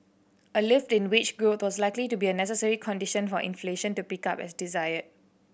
a lift in wage growth was likely to be a necessary condition for inflation to pick up as desired